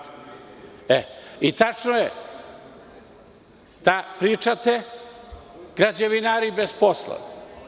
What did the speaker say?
Tačno je da pričate – građevinari bez posla.